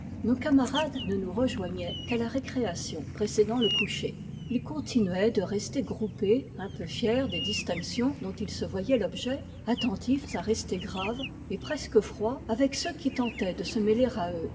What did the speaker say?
nos camarades ne nous rejoignaient qu'à la récréation précédant le coucher ils continuaient de rester groupés un peu fiers des distinctions dont ils se voyaient l'objet attentifs à rester graves et presque froids avec ceux qui tentaient de se mêler à eux